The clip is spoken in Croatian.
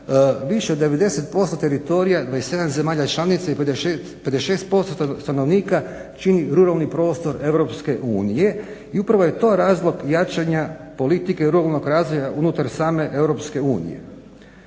više od 90% teritorija 27 zemalja članica i 56% stanovnika čini ruralni prostor Europske unije i upravo je to razlog jačanja politike ruralnog razvoja unutar same